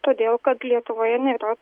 todėl kad lietuvoje nėra